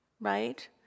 Right